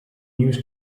used